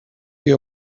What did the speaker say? your